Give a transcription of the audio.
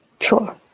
Sure